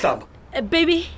baby